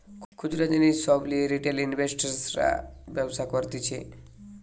খুচরা জিনিস সব লিয়ে রিটেল ইনভেস্টর্সরা ব্যবসা করতিছে